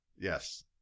Yes